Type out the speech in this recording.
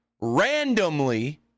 randomly